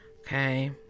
Okay